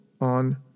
on